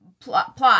plot